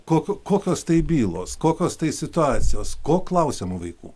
kokiu kokios tai bylos kokios tai situacijos ko klausiama vaikų